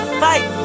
fight